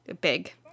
Big